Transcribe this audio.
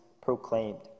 proclaimed